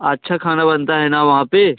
अच्छा खाना बनता है ना वहाँ पर